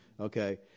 Okay